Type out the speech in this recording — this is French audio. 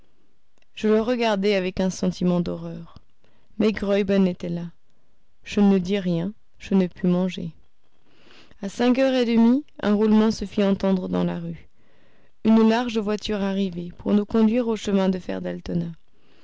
je le regardai avec un sentiment d'horreur mais graüben était là je ne dis rien je ne pus manger à cinq heures et demie un roulement se fit entendre dans la rue une large voiture arrivait pour nous conduire au chemin de fer